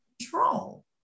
control